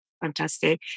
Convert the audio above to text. Fantastic